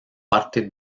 parte